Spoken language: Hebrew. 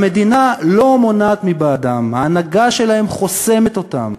המדינה לא מונעת מבעדם, ההנהגה שלהם חוסמת אותם.